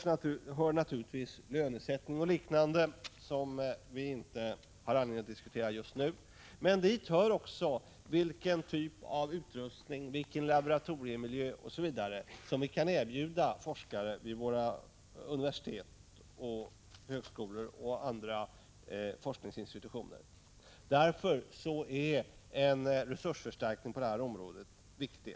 Dit hör naturligtvis lönesättning och liknande frågor som vi inte har anledning att diskutera just nu, men dit hör också vilken typ av utrustning, laboratoriemiljö, osv. som vi kan erbjuda forskare vid våra universitet, högskolor och andra forskningsinstitutioner. Därför är en resursförstärkning på detta område viktig.